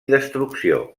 destrucció